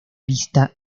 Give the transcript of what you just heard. lista